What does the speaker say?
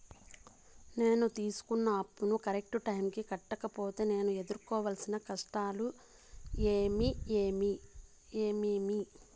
నేను తీసుకున్న అప్పును కరెక్టు టైముకి కట్టకపోతే నేను ఎదురుకోవాల్సిన కష్టాలు ఏమీమి?